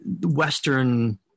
Western